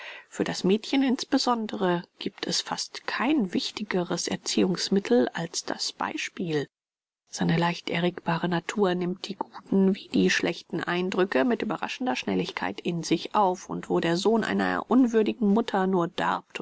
für das mädchen insbesondere gibt es fast kein wichtigeres erziehungsmittel als das beispiel seine leicht erregbare natur nimmt die guten wie die schlechten eindrücke mit überraschender schnelligkeit in sich auf und wo der sohn einer unwürdigen mutter nur darbt